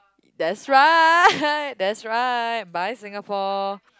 that's right that's right bye Singapore